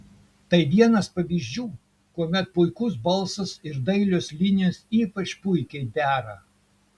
tai vienas pavyzdžių kuomet puikus balsas ir dailios linijos ypač puikiai dera